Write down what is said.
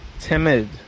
timid